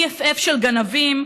BFF של גנבים,